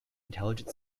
intelligent